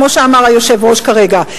כמו שאמר היושב-ראש כרגע.